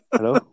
Hello